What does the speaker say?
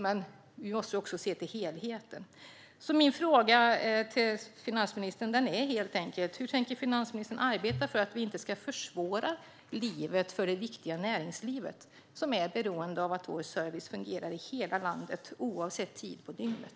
Men vi måste se till helheten. Min fråga till finansministern är helt enkelt: Hur tänker finansministern arbeta för att vi inte ska försvåra för det viktiga näringslivet, som är beroende av att vår service fungerar i hela landet, oavsett tid på dygnet?